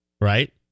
Right